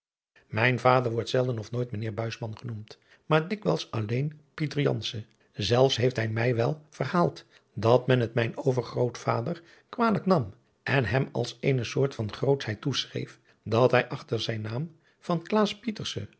mijn vader wordt zelden of nooit mijnheer buisman genoemd maar dikwijls alleen pieter janse zelfs heeft hij mij wel verhaald dat men het mijn overgrootvader kwalijk nam en hem als eene soort van grootschheid toeschreef dat hij achter zijn naam van